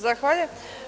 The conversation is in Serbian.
Zahvaljujem.